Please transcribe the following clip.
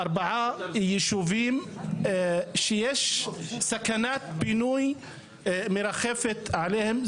4 יישובים שיש סכנת פינוי מרחפת עליהם.